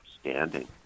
standing